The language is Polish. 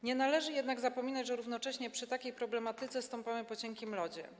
Nie należy jednak zapominać, że równocześnie przy takiej problematyce stąpamy po cienkim lodzie.